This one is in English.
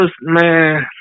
man